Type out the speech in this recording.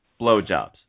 blowjobs